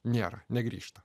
nėra negrįžta